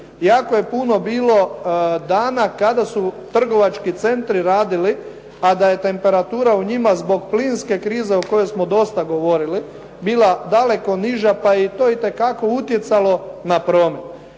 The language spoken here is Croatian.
jako je puno bilo dana kada su trgovački centri radili a da je temperatura u njima zbog plinske krize o kojoj smo dosta govorili bila daleko niža pa je to itekako utjecalo na promet.